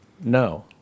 no